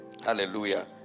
Hallelujah